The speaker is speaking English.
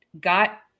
got